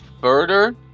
further